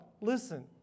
listen